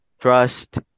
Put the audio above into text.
trust